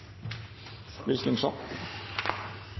lys